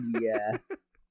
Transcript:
Yes